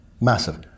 massive